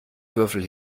würfel